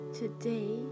today